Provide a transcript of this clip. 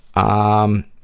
on